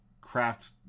craft